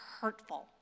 hurtful